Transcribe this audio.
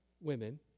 women